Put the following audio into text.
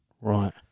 Right